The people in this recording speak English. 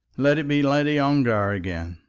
let it be lady ongar again.